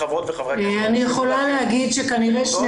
אני מציע חברות וחברי הכנסת --- אני יכולה להגיד שכנראה שני